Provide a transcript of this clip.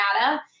data